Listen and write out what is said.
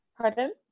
pardon